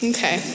Okay